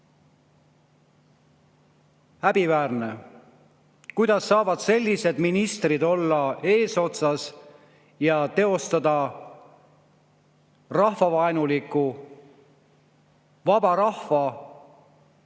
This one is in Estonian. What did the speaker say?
Häbiväärne! Kuidas saavad sellised ministrid olla eesotsas ja teostada rahvavaenulikku, vaba rahva